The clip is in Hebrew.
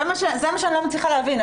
זה מה שאני לא מצליחה להבין.